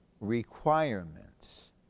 requirements